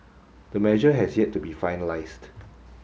the measure has yet to be finalised